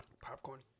Popcorn